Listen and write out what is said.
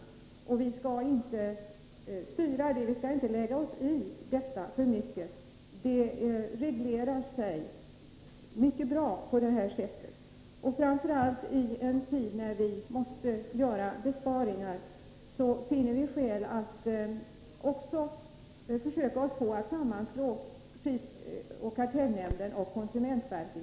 Vi skall inte lägga oss i alltför mycket — det reglerar sig mycket bra ändå. Och framför allt: I en tid då vi måste göra besparingar finner vi skäl att också försöka oss på att sammanslå prisoch kartellnämnden och konsumentverket.